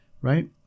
right